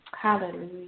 Hallelujah